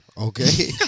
Okay